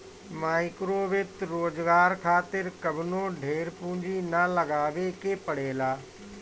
माइक्रोवित्त रोजगार खातिर कवनो ढेर पूंजी ना लगावे के पड़ेला